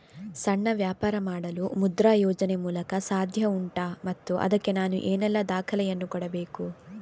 ಸಣ್ಣ ವ್ಯಾಪಾರ ಮಾಡಲು ಮುದ್ರಾ ಯೋಜನೆ ಮೂಲಕ ಸಾಧ್ಯ ಉಂಟಾ ಮತ್ತು ಅದಕ್ಕೆ ನಾನು ಏನೆಲ್ಲ ದಾಖಲೆ ಯನ್ನು ಕೊಡಬೇಕು?